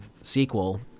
sequel